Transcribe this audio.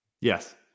Yes